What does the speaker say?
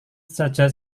saja